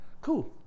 cool